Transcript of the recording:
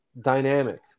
dynamic